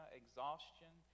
exhaustion